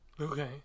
okay